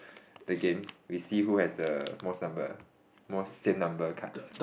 the game we see who has the most number most same number cards